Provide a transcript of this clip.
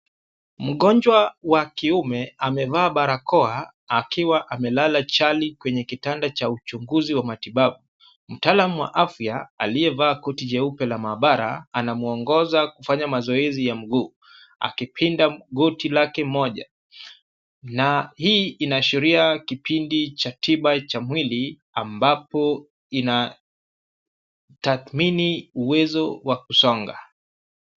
Mgonjwa wa kiume amevaa barakoa akiwa amelala chali kwenye kitanda cha uchunguzi wa matibabu. Mtaalam wa afya, aliyevaa koti jeupe la maabara anamwongoza kufanya mazoezi ya mguu. Akipinda goti lake moja na hii inaashiria kipindi cha tiba cha mwili ambapo inatathmini uwezo wa kusonga.